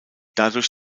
dadurch